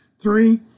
Three